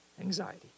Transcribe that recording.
anxiety